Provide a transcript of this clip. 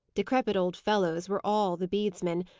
decrepit old fellows were all the bedesmen,